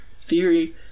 theory